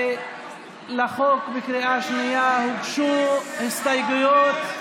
לחוק בקריאה שנייה הוגשו הסתייגויות,